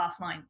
offline